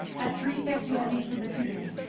at three fifty i leave for the tutoring.